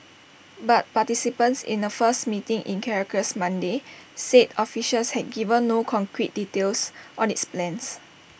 but participants in A first meeting in Caracas Monday said officials had given no concrete details on its plans